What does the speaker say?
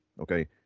Okay